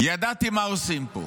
ידעתי מה עושים פה.